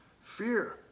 fear